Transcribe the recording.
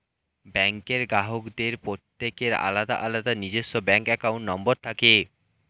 ব্যাঙ্কের গ্রাহকদের প্রত্যেকের আলাদা আলাদা নিজস্ব ব্যাঙ্ক অ্যাকাউন্ট নম্বর থাকে